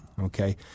okay